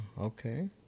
okay